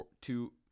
two